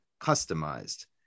customized